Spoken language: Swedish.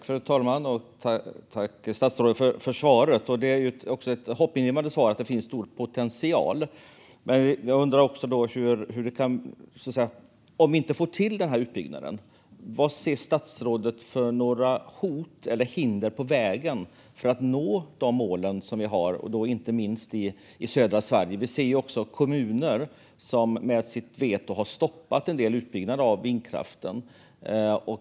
Fru talman! Tack, statsrådet, för svaret! Att det finns stor potential är ett hoppingivande svar. Men vilka hot eller hinder ser statsrådet på vägen för att nå de mål vi har i inte minst södra Sverige om vi inte får till denna utbyggnad? Vi ser ju kommuner som med sitt veto har stoppat en del utbyggnad av vindkraft.